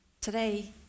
Today